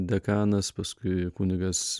dekanas paskui kunigas